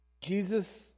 Jesus